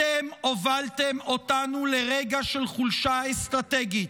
אתן הובלתם אותנו לרגע של חולשה אסטרטגית,